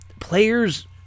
players